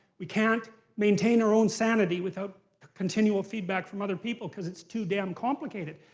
we can't maintain our own sanity without continual feedback from other people because it's too damn complicated.